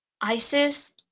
Isis